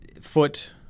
foot